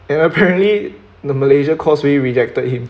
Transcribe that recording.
and apparently the malaysia causeway rejected him